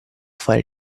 fare